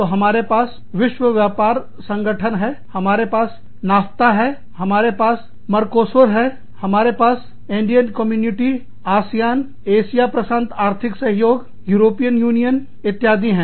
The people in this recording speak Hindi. तो हमारे पास विश्व व्यापार संगठन है हमारे पास NAFTA हैहमारे पास MERCOSUR है हमारे पास एंडियन कम्युनिटी आसियान एशिया प्रशांत आर्थिक सहयोग यूरोपियन यूनियन इत्यादि है